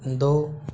दो